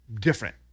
different